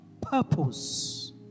purpose